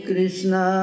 Krishna